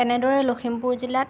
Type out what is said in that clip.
তেনেদৰে লখিমপুৰ জিলাত